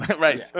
Right